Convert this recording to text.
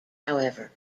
however